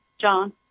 John